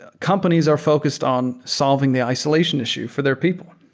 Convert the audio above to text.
ah companies are focused on solving the isolation issue for their people.